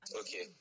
okay